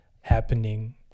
happening